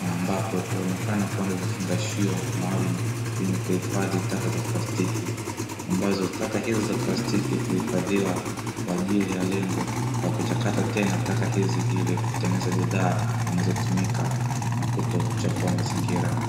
na ambapo huonekana kuwepo vifungashio maalum kwa ajili ya kuhifadhi taka za plastiki, ambazo taka hizo za plastiki huhifadhiwa kwa ajili ya lengo la kuchakata tena taka hizi ili kutengeneza bidhaa zinazotumika, na kutokuchafua mazingira.